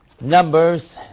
Numbers